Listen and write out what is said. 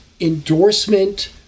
endorsement